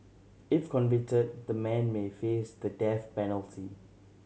if convicted the men may face the death penalty